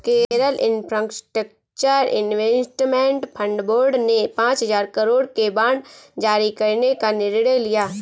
Kerala infrastructure investment fund board ने पांच हजार करोड़ के बांड जारी करने का निर्णय लिया